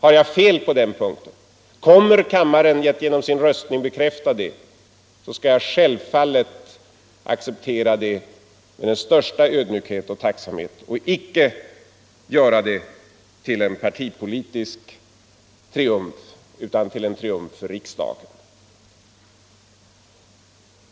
Har jag fel på den punkten och kammaren vid omröstningen bekräftar detta, skall jag självfallet med största ödmjukhet och tacksamhet acceptera detta och icke göra det till en partipolitisk triumf utan till en triumf för riksdagen.